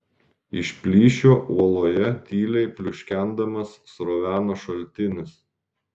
iš plyšio uoloje tyliai pliuškendamas sroveno šaltinis